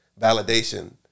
Validation